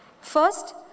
First